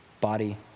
body